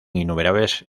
innumerables